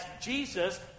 Jesus